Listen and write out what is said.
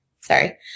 Sorry